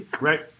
Right